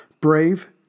brave